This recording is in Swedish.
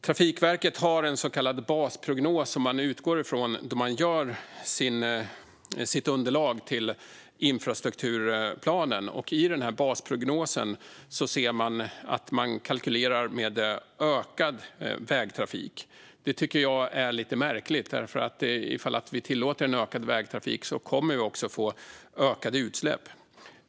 Trafikverket har en så kallad basprognos som man utgår från när man gör sitt underlag till infrastrukturplanen. I basprognosen kan vi se att man kalkylerar med ökad vägtrafik. Det tycker jag är lite märkligt. Ifall vi tillåter ökad vägtrafik kommer vi också att få ökade utsläpp.